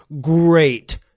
great